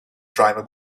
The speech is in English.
driver